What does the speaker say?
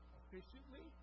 efficiently